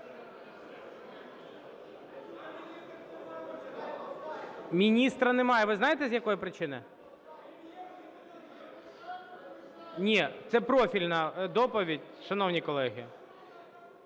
Міністра немає. Ви знаєте, з якої причини? Ні, це профільна доповідь, шановні колеги.